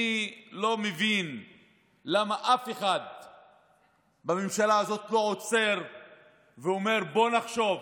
אני לא מבין למה אף אחד בממשלה הזאת לא עוצר ואומר: בואו נחשוב,